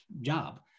job